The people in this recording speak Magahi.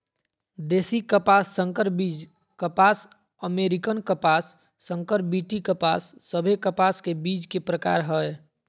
देशी कपास, संकर बीज कपास, अमेरिकन कपास, संकर बी.टी कपास सभे कपास के बीज के प्रकार हय